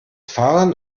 fahren